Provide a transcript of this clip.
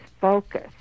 focus